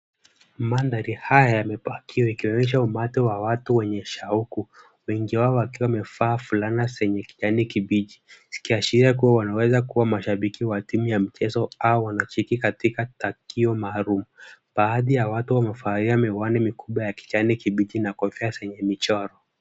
Mandhari haya yamepakiwa ikionyesha umati wa watu wenye shauku, wengi wao wakiwa wamevaa fulana zenye kijani kibichi, zikiashiria kuwa wanaweza kuwa mashabiki wa timu ya michezo au wanashiriki katika tukio maalum. Baadhi ya watu wamevalia miwani mikubwa ya kijani kibichi na kofia zenye michoro.